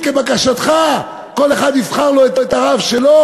כבקשתך, כל אחד יבחר לו את הרב שלו.